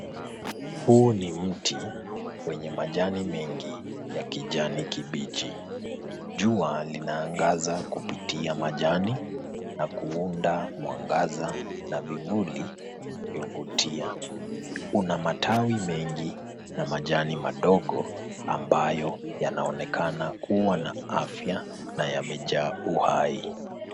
Huu ni mti wenye majani mengi ya kijani kibichi. Jua linaangaza kupitia majani na kuunda mwangaza na vimuli vi huvutia. Kuna matawi mengi na majani madogo ambayo yanaonekana kuwa na afya na yamejaa uhai.